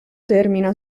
termina